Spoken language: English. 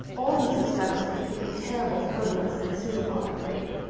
old mrs. douglas would think it terrible frivolous and unsuitable, i'm afraid.